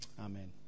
Amen